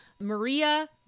Maria